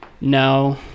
No